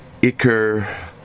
Iker